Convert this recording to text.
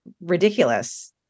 ridiculous